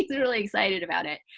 he's really excited about it.